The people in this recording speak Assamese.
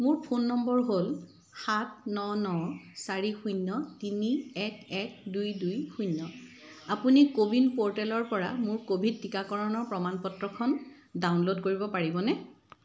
মোৰ ফোন নম্বৰ হ'ল সাত ন ন চাৰি শূন্য তিনি এক এক দুই দুই শূন্য আপুনি কোৱিন প'ৰ্টেলৰ পৰা মোৰ ক'ভিড টীকাকৰণৰ প্ৰমাণ পত্ৰখন ডাউনল'ড কৰিব পাৰিবনে